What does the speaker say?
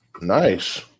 Nice